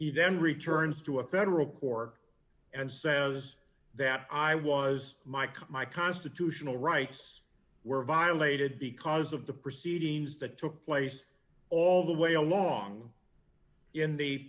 he then returns to a federal court and says that i was mike my constitutional rights were violated because of the proceedings that took place all the way along in the